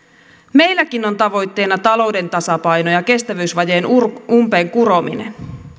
meilläkin on tavoitteena talouden tasapaino ja kestävyysvajeen umpeen kurominen